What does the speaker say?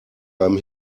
einem